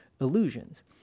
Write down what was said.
illusions